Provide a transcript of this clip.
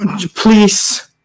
please